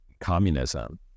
communism